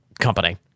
Company